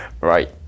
Right